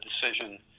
decision